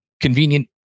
convenient